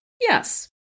Yes